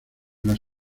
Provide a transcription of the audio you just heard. las